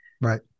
Right